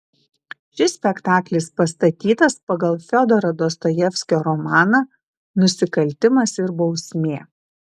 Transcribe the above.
šis spektaklis pastatytas pagal fiodoro dostojevskio romaną nusikaltimas ir bausmė